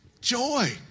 joy